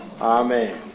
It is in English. amen